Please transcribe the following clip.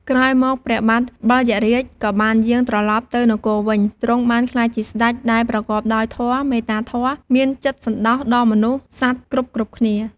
ក្រោយមក ព្រះបាទបិលយក្សរាជក៏បានយាងត្រឡប់ទៅនគរវិញ ទ្រង់បានក្លាយជាស្តេចដែលប្រកបដោយធម៌ មេត្តាធម៌ មានចិត្តសណ្ដោសដល់មនុស្សសត្វគ្រប់ៗគ្នា។